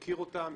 מכיר אותם,